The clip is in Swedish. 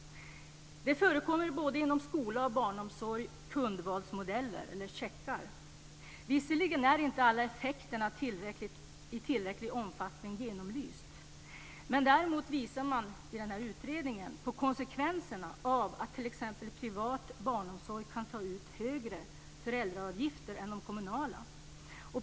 Det förekommer både inom skola och barnomsorg kundvalsmodeller - checkar. Visserligen är inte alla effekterna genomlysta i tillräcklig omfattning. Men däremot framkommer i utredningen konsekvenserna av att man t.ex. i privat barnomsorg kan ta ut högre föräldraavgifter än i det kommunala.